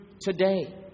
today